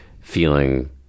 feeling